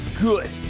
good